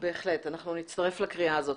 בהחלט, אנחנו נצטרף לקריאה הזאת.